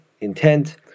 intent